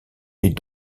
est